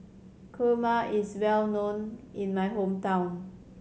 kurma is well known in my hometown